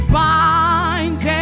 bind